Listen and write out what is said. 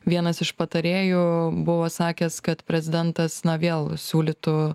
vienas iš patarėjų buvo sakęs kad prezidentas na vėl siūlytų